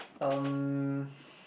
um